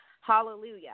Hallelujah